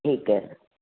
ਠੀਕ ਹੈ